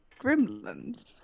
Gremlins